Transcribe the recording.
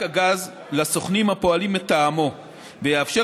הגז לסוכנים הפועלים מטעמו ויאפשר,